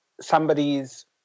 somebody's